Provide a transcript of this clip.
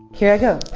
here i go